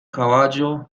caballo